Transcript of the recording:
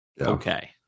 okay